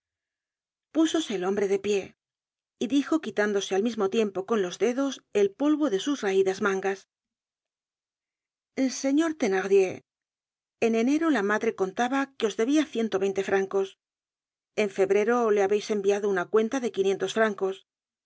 el hombre de pie y dijo quitándose al mismo tiempo con los dedos el polvo de sus raidas mangas señor thenardier en enero la madre contaba que os debia ciento veinte francos en febrero le habeis enviado una cuenta de quinientos francos